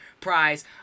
prize